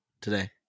today